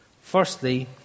Firstly